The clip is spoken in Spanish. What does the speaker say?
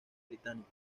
británica